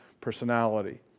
personality